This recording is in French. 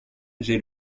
j’ai